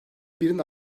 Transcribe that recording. birin